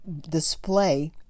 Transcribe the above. display